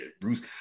Bruce